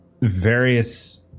various